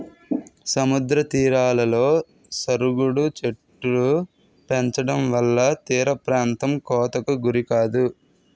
సముద్ర తీరాలలో సరుగుడు చెట్టులు పెంచడంవల్ల తీరప్రాంతం కోతకు గురికాదు